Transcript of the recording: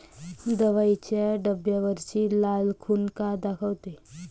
दवाईच्या डब्यावरची लाल खून का दाखवते?